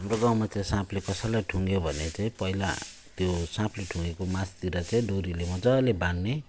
हाम्रो गाउँमा त्यो साँपले कसैलाई ठुँग्यो भने चाहिँ पहिला त्यो साँपले ठुँगेको मास्तिर चाहिँ डोरीले मजाले बाँध्ने